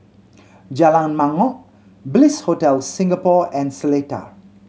Jalan Mangkok Bliss Hotel Singapore and Seletar